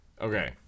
Okay